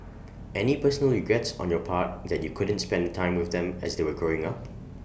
any personal regrets on your part that you couldn't spend time with them as they were growing up